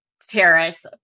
terrace